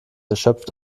erschöpft